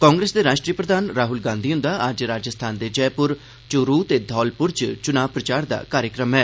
कांग्रेस दे राष्ट्रीय प्रधान राहुल गांधी हुन्दा अज्ज राजस्थान दे जयपुर चुरू ते धौलपुर च चुना प्रचार दा कार्यक्रम ऐ